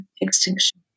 extinction